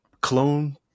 clone